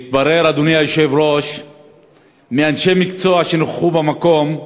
התברר, מאנשי מקצוע שנכחו במקום,